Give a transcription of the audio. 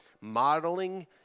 Modeling